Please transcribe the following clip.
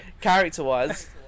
Character-wise